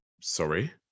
Sorry